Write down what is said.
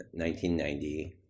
1990